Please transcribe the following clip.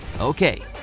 okay